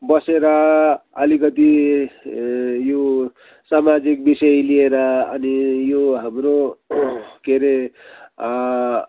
बसेर अलिकति यो सामाजिक विषय लिएर अनि यो हाम्रो के अरे